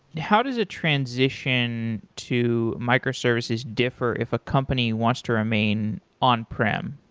how does a transition to microservices differ if a company wants to remain on prim?